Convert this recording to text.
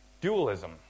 dualism